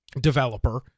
developer